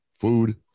food